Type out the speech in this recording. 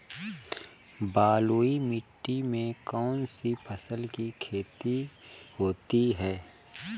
बलुई मिट्टी में कौनसी फसल की खेती होती है?